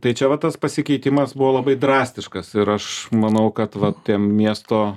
tai čia va tas pasikeitimas buvo labai drastiškas ir aš manau kad va tie miesto